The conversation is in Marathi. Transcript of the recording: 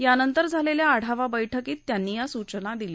यानंतर झालेल्या आढावा बर्क्कीत त्यांनी या सूचना दिल्या